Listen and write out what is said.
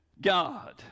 God